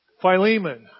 Philemon